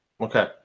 Okay